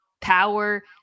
power